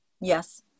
Yes